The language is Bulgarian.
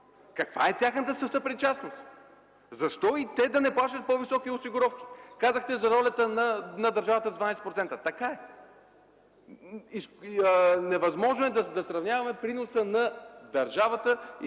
Каква е тяхната съпричастност? Защо и те да не плащат по-високи осигуровки? Казахте за ролята на държавата – 12%, така е. Невъзможно е да сравняваме приноса на държавата и приноса